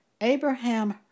Abraham